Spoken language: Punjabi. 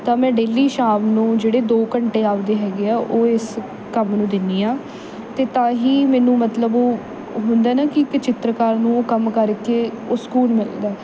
ਤਾਂ ਮੈਂ ਡੇਲੀ ਸ਼ਾਮ ਨੂੰ ਜਿਹੜੇ ਦੋ ਘੰਟੇ ਆਪਣੇ ਹੈਗੇ ਹੈ ਉਹ ਇਸ ਕੰਮ ਨੂੰ ਦਿੰਦੀ ਹਾਂ ਅਤੇ ਤਾਂ ਹੀ ਮੈਨੂੰ ਮਤਲਬ ਉਹ ਹੁੰਦਾ ਨਾ ਕਿ ਇੱਕ ਚਿੱਤਰਕਾਰ ਨੂੰ ਉਹ ਕੰਮ ਕਰਕੇ ਉਹ ਸਕੂਨ ਮਿਲਦਾ